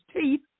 teeth